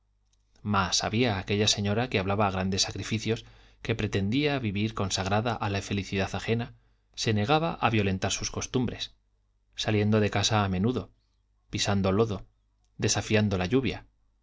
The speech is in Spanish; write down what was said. más había aquella señora que hablaba de grandes sacrificios que pretendía vivir consagrada a la felicidad ajena se negaba a violentar sus costumbres saliendo de casa a menudo pisando lodo desafiando la lluvia